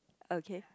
okay